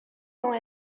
dans